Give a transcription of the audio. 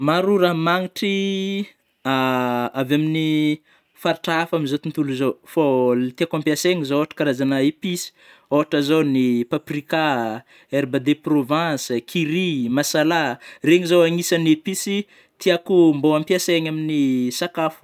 Maro raha magnitry avy amin'ny faritra hafa am'zao tontolo zao fô le tiako ampiasaigny, zô ôhatra karazagna épices, ôhatra zao ny paprika, herbes de province, curry, massalà, regny zao agnisany épices tiako mbô ampiasaigny am sakafo.